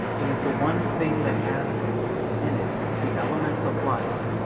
it is the one thing that has in it the elements of life,